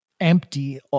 empty